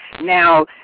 Now